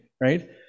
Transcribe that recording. right